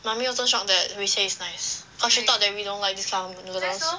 mummy also shocked that we say it's nice cause she thought that we don't like these kind of noodles